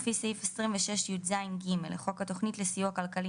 לפי סעיף 26/י"ז/ג' לחוק התכנית לסיוע כלכלי